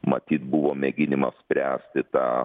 matyt buvo mėginimas spręsti tą